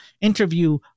interview